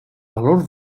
valor